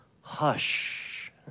hush